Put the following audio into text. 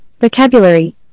vocabulary